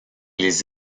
les